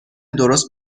درست